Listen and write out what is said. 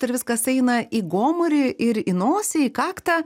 ir viskas eina į gomurį ir į nosį į kaktą